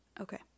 Okay